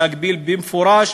להגביל במפורש,